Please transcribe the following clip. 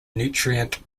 nutrient